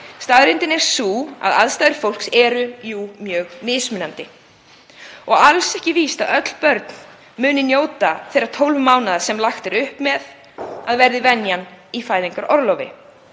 Staðreyndin er sú að aðstæður fólks eru mjög mismunandi og alls ekki víst að öll börn muni njóta þeirra tólf mánaða sem lagt er upp með að verði venjan í fæðingarorlofi.